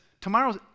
tomorrow